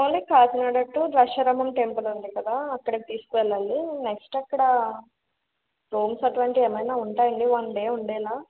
only Kakinada to Draksharamam temple ఉంది కదా అక్కడకి తీసుకువెళ్ళాలి నెక్స్ట్ అక్కడ రూమ్స్ అట్లాంటివి ఏమైనా ఉంటాయా అండి వన్ డే ఉండేలా